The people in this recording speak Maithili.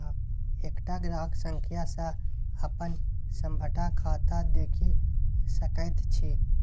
एकटा ग्राहक संख्या सँ अपन सभटा खाता देखि सकैत छी